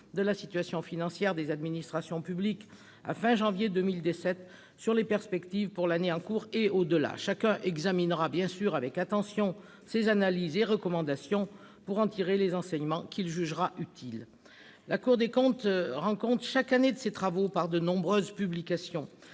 de la situation financière des administrations publiques à la fin du présent mois, puis trace les perspectives pour l'année en cours et au-delà. Chacun examinera avec attention ses analyses et recommandations, pour en tirer les enseignements qu'il jugera utiles. La Cour rend compte chaque année de ses travaux par de nombreuses publications.